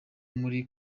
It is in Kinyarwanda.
muri